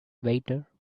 waiter